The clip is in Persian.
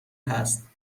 هست